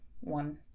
One